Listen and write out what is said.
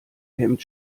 hemd